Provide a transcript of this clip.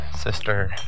sister